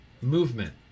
movement